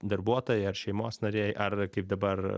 darbuotojai ar šeimos nariai ar kaip dabar